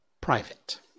private